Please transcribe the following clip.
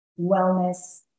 wellness